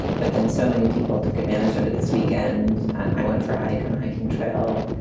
but then so many people took advantage of it this weekend. i went for a hike and hiking trail.